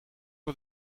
het